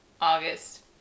August